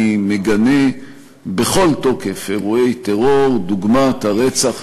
אני מגנה בכל תוקף אירועי טרור דוגמת הרצח,